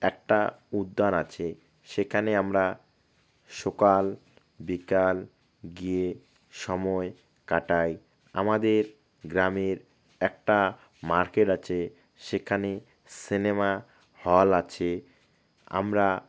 একটা উদ্যান আছে সেখানে আমরা সকাল বিকাল গিয়ে সময় কাটাই আমাদের গ্রামের একটা মার্কেট আছে সেখানে সিনেমা হল আছে আমরা